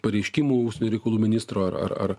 pareiškimų užsienio reikalų ministro ar ar ar